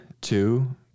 two